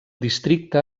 districte